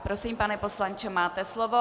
Prosím, pane poslanče, máte slovo.